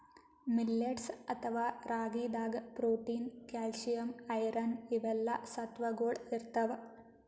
millets ಅಥವಾ ರಾಗಿದಾಗ್ protein, calcium, iron ಇವೆಲ್ಲಾ ಸತ್ವಗೊಳ್ ಇರ್ತವ್